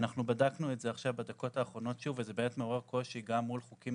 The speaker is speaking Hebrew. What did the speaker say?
בדקנו את זה בדקות האחרונות שוב וזה באמת מעורר קושי גם מול חוקים